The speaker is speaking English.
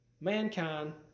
Mankind